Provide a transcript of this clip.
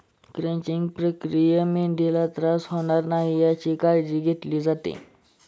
crunching प्रक्रियेत मेंढीला त्रास होणार नाही याची काळजी घेतली जाते